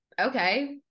okay